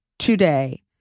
Today